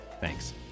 Thanks